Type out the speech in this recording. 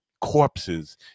corpses